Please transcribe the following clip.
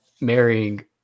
marrying